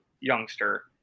youngster